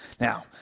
Now